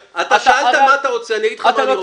אתה שאלת מה אתה רוצה, אני אגיד לך מה אני רוצה.